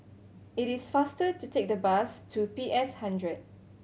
it is faster to take the bus to P S Hundred